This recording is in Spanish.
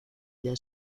día